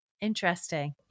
Interesting